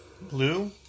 Blue